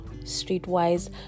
streetwise